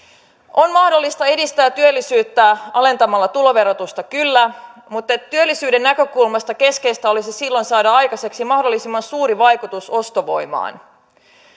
on mahdollista edistää työllisyyttä alentamalla tuloverotusta kyllä mutta työllisyyden näkökulmasta keskeistä olisi silloin saada aikaiseksi mahdollisimman suuri vaikutus ostovoimaan